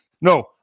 No